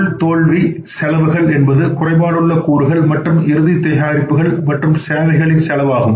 உள் தோல்வி செலவுகள் என்பது குறைபாடுள்ள கூறுகள் மற்றும் இறுதி தயாரிப்புகள் மற்றும் சேவைகளின் செலவு ஆகும்